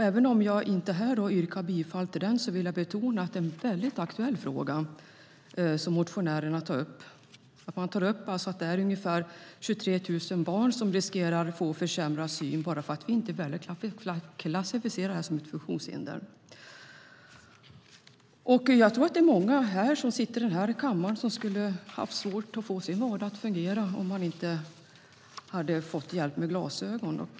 Även om jag inte här yrkar bifall till den vill jag betona att det är en mycket aktuell fråga som motionärerna tar upp. Det är ungefär 23 000 barn som riskerar att få försämrad syn bara för att vi inte väljer att klassificera detta som ett funktionshinder. Jag tror att det är många som sitter i den här kammaren som skulle ha svårt att få sin vardag att fungera om de inte hade fått hjälp med glasögon.